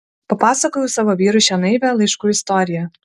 papasakojau savo vyrui šią naivią laiškų istoriją